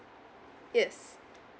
yes